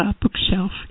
bookshelf